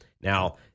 Now